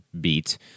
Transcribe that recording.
beat